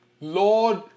Lord